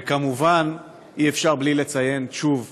וכמובן שאי-אפשר בלי לציין שוב